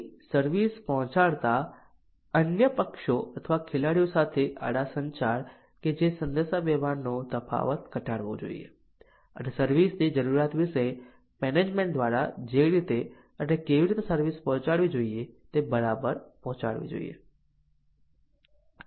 તેથી સર્વિસ પહોંચાડતા અન્ય પક્ષો અથવા ખેલાડીઓ સાથે આડા સંચાર કે જે સંદેશાવ્યવહારનો તફાવત ઘટાડવો જોઈએ અને સર્વિસ ની જરૂરિયાત વિશે મેનેજમેન્ટ દ્વારા જે રીતે અને કેવી રીતે સર્વિસ પહોંચાડવી જોઈએ તે બરાબર પહોંચાડવી જોઈએ